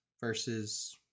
versus